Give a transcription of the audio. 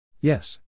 Yes